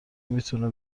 میتونه